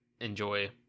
enjoy